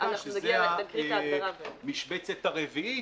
שזו המשבצת הרביעית,